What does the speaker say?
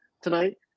tonight